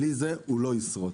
בלי זה לא ישרוד.